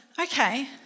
okay